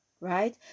right